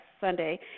Sunday